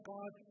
God